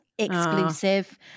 exclusive